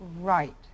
right